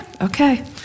okay